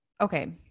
Okay